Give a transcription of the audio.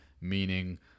meaning